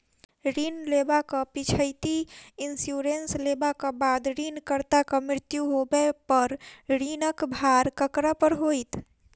ऋण लेबाक पिछैती इन्सुरेंस लेबाक बाद ऋणकर्ताक मृत्यु होबय पर ऋणक भार ककरा पर होइत?